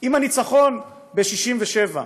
עם הניצחון ב-67'.